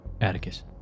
atticus